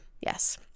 Yes